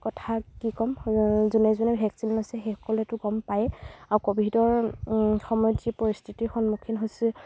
কথা কি ক'ম যোনে যোনে ভেকচিন লৈছে সেইসকলেটো গম পায়ে আৰু ক'ভিডৰ সময়ত যি পৰিস্থিতিৰ সন্মুখীন হৈছে